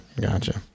gotcha